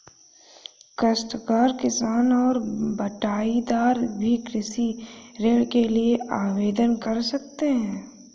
काश्तकार किसान और बटाईदार भी कृषि ऋण के लिए आवेदन कर सकते हैं